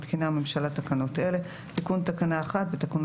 מתקינה הממשלה תקנות אלה: תיקון תקנה 11.בתקנות